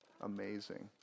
amazing